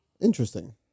Interesting